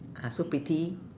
ah so pretty